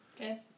Okay